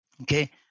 Okay